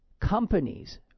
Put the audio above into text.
Companies